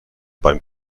beim